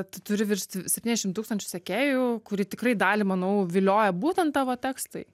tu turi virš septyniasdešimt tūkstančių sekėjų kurį tikrai dalį manau vilioja būtent tavo tekstai